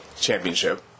Championship